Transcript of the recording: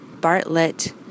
Bartlett